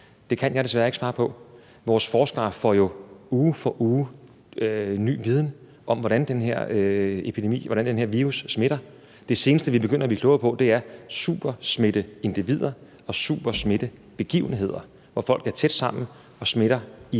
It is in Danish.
det kan jeg desværre ikke svare på. Vores forskere får jo uge for uge ny viden om, hvordan den her virus smitter. Det seneste, vi er begyndt at blive klogere på, er supersmitteindivider og supersmittebegivenheder, hvor folk er tæt sammen og smitter i